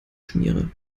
schmiere